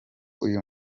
uyu